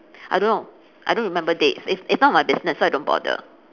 I don't know I don't remember date it's it's not my business so I don't bother